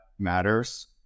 matters